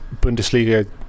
Bundesliga